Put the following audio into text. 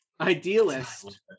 Idealist